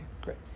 Great